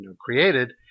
created